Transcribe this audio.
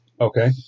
Okay